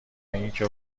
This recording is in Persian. اینکه